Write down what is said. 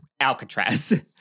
Alcatraz